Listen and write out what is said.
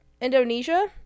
Indonesia